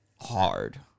hard